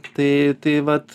tai tai vat